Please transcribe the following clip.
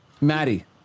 Maddie